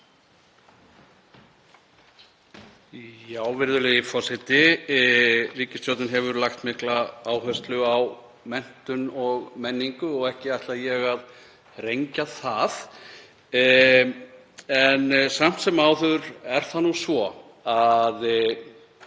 Virðulegi forseti. Ríkisstjórnin hefur lagt mikla áherslu á menntun og menningu, ekki ætla ég að rengja það. En samt sem áður er það nú svo að